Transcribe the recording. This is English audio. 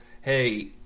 hey